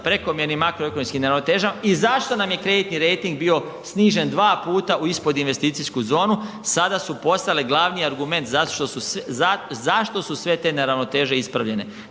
prekomjernim makroekonomskim neravnotežama i zašto nam je kreditni rejting bio snižen dva puta u ispod investicijsku zonu, sada su postale glavni argument zašto su sve te neravnoteže ispravljene.